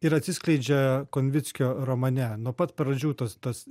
ir atsiskleidžia konvickio romane nuo pat pradžių tas tas